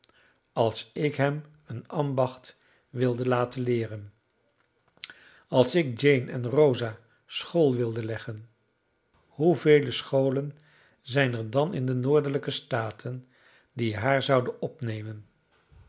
als ik hem een ambacht wilde laten leeren als ik jane en rosa school wilde leggen hoevele scholen zijn er dan in de noordelijke staten die haar zouden opnemen